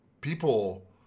people